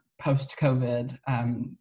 post-COVID